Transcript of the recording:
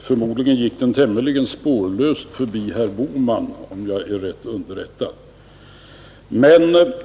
Förmodligen gick den tämligen spårlöst förbi herr Bohman, om jag inte är fel underrättad.